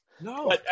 No